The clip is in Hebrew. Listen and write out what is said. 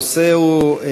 הנושא הוא: